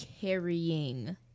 carrying